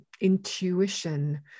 intuition